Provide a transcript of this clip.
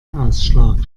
ausschlag